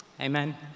Amen